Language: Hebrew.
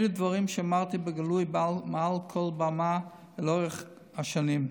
אלה דברים שאמרתי בגלוי מעל כל במה לאורך השנים.